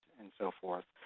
and so forth.